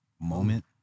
Moment